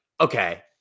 okay